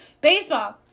baseball